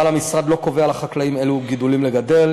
אבל המשרד לא קובע לחקלאים אילו גידולים לגדל